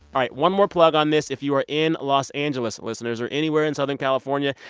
right, one more plug on this. if you are in los angeles, listeners, or anywhere in southern california,